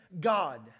God